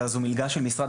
זו מלגה של משרד